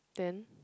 then